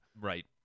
Right